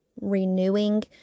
renewing